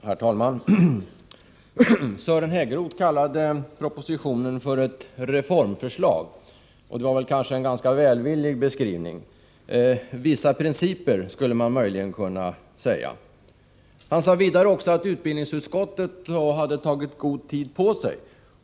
Herr talman! Sören Häggroth kallade propositionen för ett reformförslag. Det var en ganska välvillig beskrivning. Propositionen anger vissa principer, skulle man möjligen kunna säga. Sören Häggroth sade vidare att utbildningsutskottet hade tagit god tid på sig.